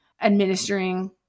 administering